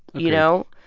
you know?